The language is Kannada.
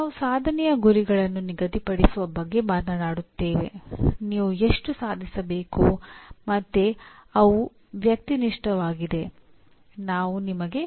ಈಗ ನಮ್ಮ ಪದವಿಪೂರ್ವ ಎಂಜಿನಿಯರಿಂಗ್ ಕಾರ್ಯಕ್ರಮಗಳಿಗೆ ಬರುತ್ತಿದ್ದೇವೆ